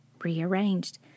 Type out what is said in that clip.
rearranged